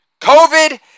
COVID